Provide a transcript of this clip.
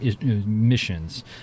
missions